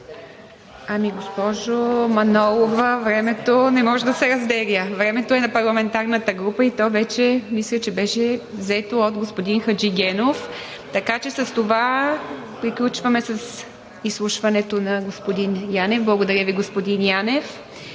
Госпожо Манолова, времето не може да се разделя. Времето е на парламентарната група и то вече, мисля, беше взето от господин Хаджигенов, така че с това приключваме с изслушването на господин Янев. Благодаря Ви, господин Янев.